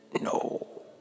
no